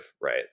right